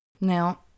Now